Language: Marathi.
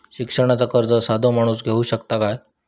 शिक्षणाचा कर्ज साधो माणूस घेऊ शकता काय?